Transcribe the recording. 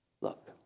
Look